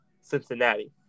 Cincinnati